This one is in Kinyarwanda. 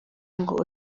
ngo